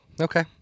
okay